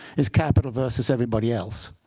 it's capital versus everybody else.